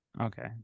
Okay